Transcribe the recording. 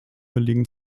belegen